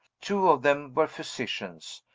two of them were physicians.